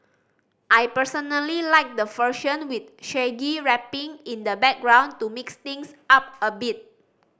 I personally like the version with Shaggy rapping in the background to mix things up a bit